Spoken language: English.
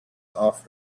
off